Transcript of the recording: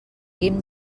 guim